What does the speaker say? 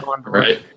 Right